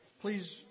Please